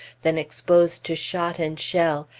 than exposed to shot and shell,